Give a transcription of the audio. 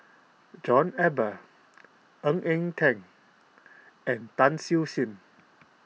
John Eber Ng Eng Teng and Tan Siew Sin